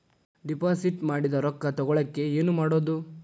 Deposit ಮಾಡಿದ ರೊಕ್ಕ ತಗೋಳಕ್ಕೆ ಏನು ಮಾಡೋದು?